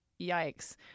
yikes